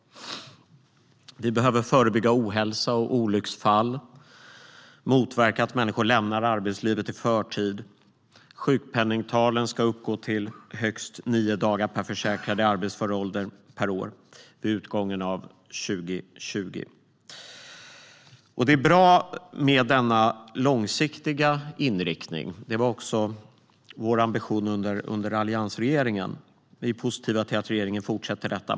Vi behöver förebygga ohälsa och olycksfall och motverka att människor lämnar arbetslivet i förtid. Sjukpenningtalen ska uppgå till högst nio dagar per försäkrad i arbetsför ålder per år vid utgången av 2020. Det är bra med denna långsiktiga inriktning. Det var också vår ambition under alliansregeringen. Vi är positiva till att regeringen fortsätter detta.